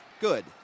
good